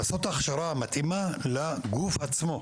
לעשות הכשרה מתאימה לגוף עצמו.